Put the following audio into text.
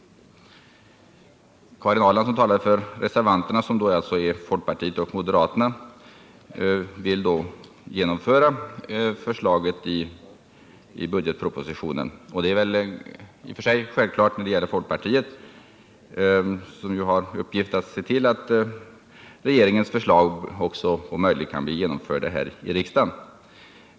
Karin Ahrland som talade för reservanterna, som är folkpartisterna och moderaterna, vill alltså genomföra budgetpropositionens förslag. Detta är i och för sig självklart när det gäller folkpartisterna, som ju har till uppgift att se till att regeringens förslag om möjligt kan bli genomförda här i riksdagen.